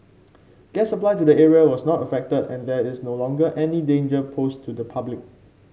gas supply to the area was not affected and there is no longer any danger posed to the public